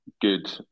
good